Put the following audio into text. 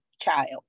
child